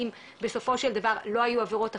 האם בסופו של דבר לא יהיו עבירות אחרות?